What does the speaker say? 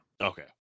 okay